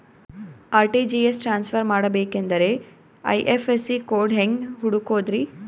RTGS transfer ಮಾಡಬೇಕೆಂದರೆ IFSC code ಹೆಂಗ್ ಹುಡುಕೋದ್ರಿ?